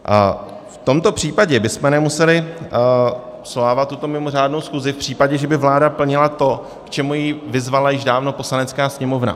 V tomto případě bychom nemuseli svolávat tuto mimořádnou schůzi v případě, že by vláda plnila to, k čemu ji vyzvala již dávno Poslanecká sněmovna.